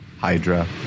Hydra